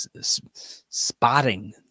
spotting